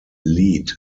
lead